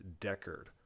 Deckard